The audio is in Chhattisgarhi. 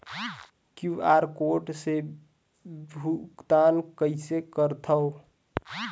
क्यू.आर कोड से भुगतान कइसे करथव?